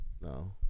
No